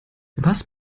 was